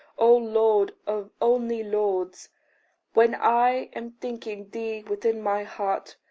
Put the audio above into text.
o lord of only lords when i am thinking thee within my heart,